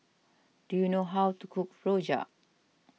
do you know how to cook Rojak